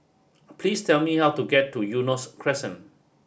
please tell me how to get to Eunos Crescent